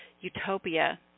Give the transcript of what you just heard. utopia